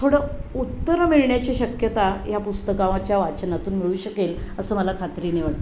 थोडं उत्तरं मिळण्याची शक्यता ह्या पुस्तकाच्या वाचनातून मिळू शकेल असं मला खात्रीने वाटतं